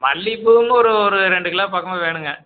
மல்லிகைப்பூவும் ஒரு ஒரு ரெண்டு கிலோ பக்கமாக வேணும்ங்க